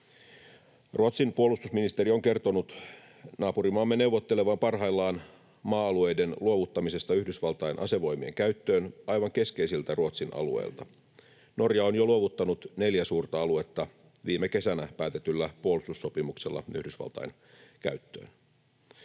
Ruotsin puolustusministeri on kertonut naapurimaamme neuvottelevan parhaillaan maa-alueiden luovuttamisesta Yhdysvaltain asevoimien käyttöön aivan keskeisiltä Ruotsin alueilta. Norja on jo luovuttanut neljä suurta aluetta viime kesänä päätetyllä puolustussopimuksella Yhdysvaltain käyttöön.